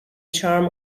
charm